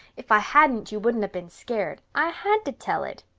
if i hadn't you wouldn't have been scared. i had to tell it.